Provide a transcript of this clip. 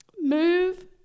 Move